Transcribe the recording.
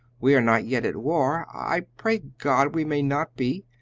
we are not yet at war. i pray god we may not be,